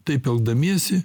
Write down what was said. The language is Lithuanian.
taip elgdamiesi